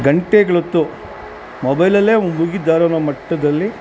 ಗಂಟೆಗಳೊತ್ತು ಮೊಬೈಲಲ್ಲೇ ಮುಳ್ಗಿದ್ದಾರೆ ಅನ್ನೋ ಮಟ್ಟದಲ್ಲಿ